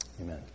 Amen